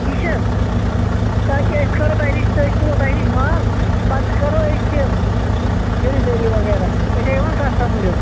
ٹھیٖک چھ حظ تاکہِ أسۍ کَرو تۄہہِ نِش أسۍ تُلو تۄہہِ نِش مال پَتہٕ کَرو أسۍ تہِ خٔری دٲری وَغیرہ تۄہہِ چھا یِوان کَتھ سَمٕجھ حظ